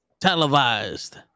televised